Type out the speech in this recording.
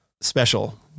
special